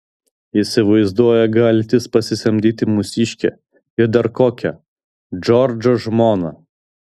įsivaizduoja galintis pasisamdyti mūsiškę ir dar kokią džordžo žmoną